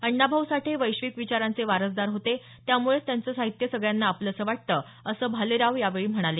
अण्णाभाऊ साठे हे वैश्विक विचारांचे वारसदार होते त्यामुळेच त्यांचं साहित्य सगळ्यांना अपलसं वाटतं असं भालेराव यावेळी म्हणाले